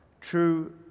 true